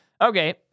Okay